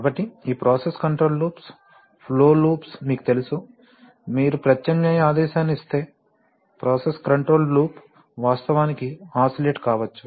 కాబట్టి ఈ process control loops flow loops మీకు తెలుసు మీరు ప్రత్యామ్నాయ ఆదేశాన్ని ఇస్తే ప్రాసెస్ కంట్రోల్ లూప్ వాస్తవానికి ఆసిలేట్ కావచ్చు